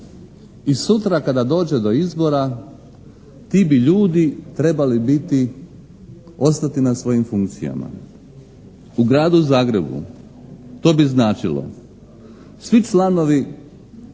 i sutra kada dođe do izbora ti bi ljudi trebali biti, ostati na svojim funkcijama. U Gradu Zagrebu to bi značilo, svi članovi